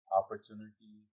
opportunity